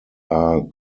are